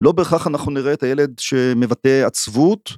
לא בהכרח אנחנו נראה את הילד שמבטא עצבות